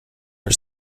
are